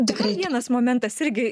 dar vienas momentas irgi